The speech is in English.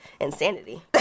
insanity